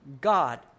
God